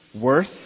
worth